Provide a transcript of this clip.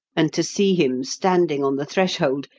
and to see him standing on the threshold,